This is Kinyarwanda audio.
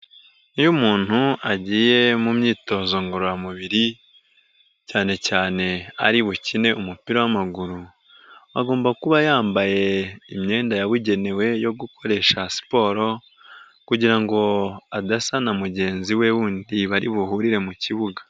Iyo umuntu agiye mu myitozo ngororamubiri, cyane cyane ari bukine umupira w'amaguru, agomba kuba yambaye imyenda yabugenewe yo gukoresha siporo kugira ngo adasa na mugenzi we wundi bari buhurire mu kibuga.